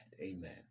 Amen